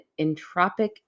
entropic